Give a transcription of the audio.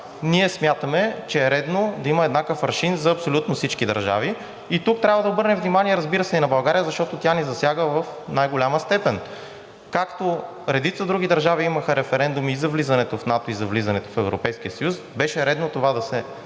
Ние смятаме, че е редно да има еднакъв аршин за абсолютно всички държави и тук трябва да обърнем внимание, разбира се, и на България, защото тя ни засяга в най-голяма степен. Както редица други държави имаха референдуми и за влизането в НАТО, и за влизането в Европейския съюз, беше редно това да се